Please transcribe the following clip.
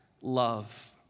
love